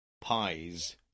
Pies